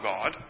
God